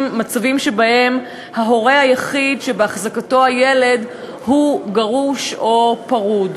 מצבים שבהם ההורה היחיד שבהחזקתו הילד הוא גרוש או פרוד.